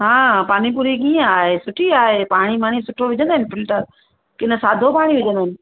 हा पानीपुरी कीअं आहे सुठी आहे पाणी मना सुठो विझंदा आहिनि फिल्टर की न सादो पाणी विझंदा आहिनि